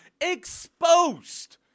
exposed